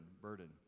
burden